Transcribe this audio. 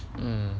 mm